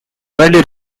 widely